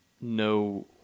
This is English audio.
no